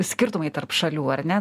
skirtumai tarp šalių ar ne